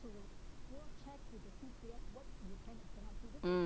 mm